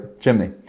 chimney